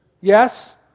Yes